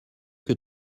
que